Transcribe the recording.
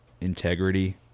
integrity